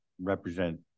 represent